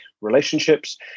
relationships